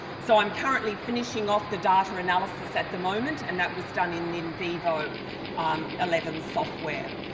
so, i'm currently finishing off the data analysis at the moment and that was done in in vivo um eleven software.